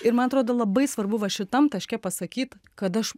ir man atrodo labai svarbu va šitam taške pasakyt kad aš